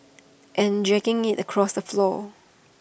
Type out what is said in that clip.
and dragging IT across the floor